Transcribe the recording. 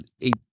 eight